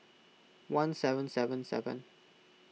one seven seven seven